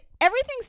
everything's